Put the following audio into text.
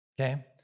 Okay